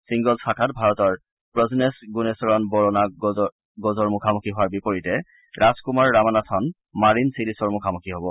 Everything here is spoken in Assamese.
ছিংগল্ছ শাখাত ভাৰতৰ প্ৰজনেছ গুণেচৰণ বৰণা গজৰ মুখামুখি হোৱাৰ বিপৰীতে ৰামকুমাৰ ৰামানাথন মাৰিন চিলিছৰ মুখামুখি হ'ব